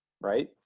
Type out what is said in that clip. right